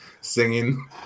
singing